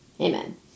Amen